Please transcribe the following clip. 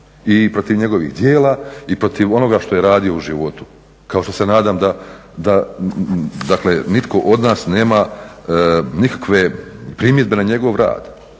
i protiv njegovih djela i protiv onoga što je radio u životu, kao što se nadam da nitko od nas nema nikakve primjedbe na njegov rad,